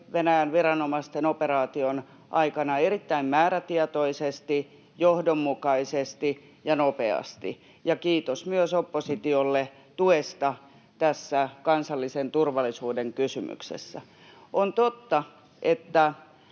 Venäjän viranomaisten operaation aikana erittäin määrätietoisesti, johdonmukaisesti ja nopeasti. Kiitos myös oppositiolle tuesta tässä kansallisen turvallisuuden kysymyksessä. On totta, että